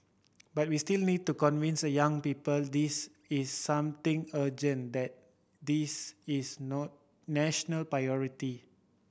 but we still need to convince the young people this is something urgent that this is no national priority